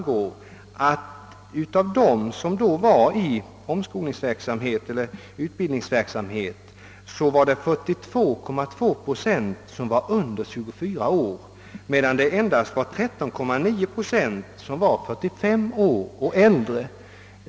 Jag betvivlar i och för sig inte uppgifternas riktighet, men enligt dessa uppgifter var 42,2 procent av eleverna under 24 år, medan 13,9 procent var 45 år och äldre.